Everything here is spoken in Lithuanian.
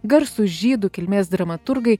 garsūs žydų kilmės dramaturgai